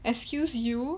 excuse you